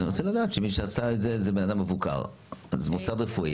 אני רוצה לדעת שמי שעושה את זה הוא בן אדם מבוקר; מוסד רפואי.